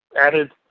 added